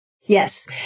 Yes